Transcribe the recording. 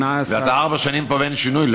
אתה ארבע שנים פה ואין שינוי?